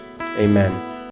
Amen